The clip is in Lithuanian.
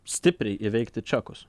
stipriai įveikti čekus